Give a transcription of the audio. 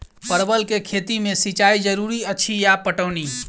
परवल केँ खेती मे सिंचाई जरूरी अछि या पटौनी?